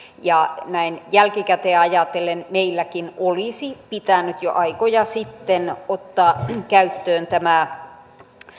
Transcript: näin jälkikäteen ajatellen meilläkin olisi pitänyt jo aikoja sitten ottaa käyttöön tämä